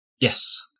Yes